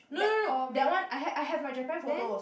no no no that one I have I have my Japan photos